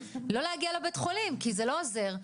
לא להגיע לבית חולים כי זה לא עוזר,